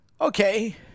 Okay